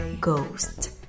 ghost